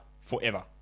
forever